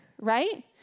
right